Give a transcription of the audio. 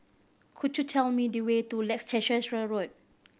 could you tell me the way to Leicester Road